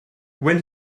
when